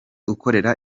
ukorera